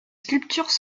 sculptures